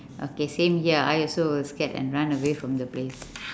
okay same here I also will scared and run away from the place